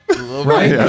right